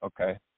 okay